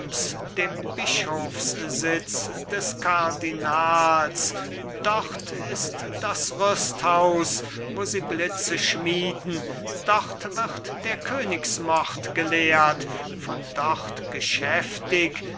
dem bischofssitz des kardinals dort ist das rüsthaus wo sie blitze schmieden dort wird der königsmord gelehrt vor dort geschäftig